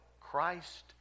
Christ